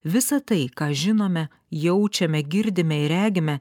visa tai ką žinome jaučiame girdime ir regime